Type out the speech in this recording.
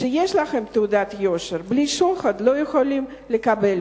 שיש להם תעודת יושר, בלי שוחד לא יכולים לקבל